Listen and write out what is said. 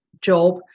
job